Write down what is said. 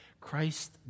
christ